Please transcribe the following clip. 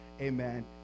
Amen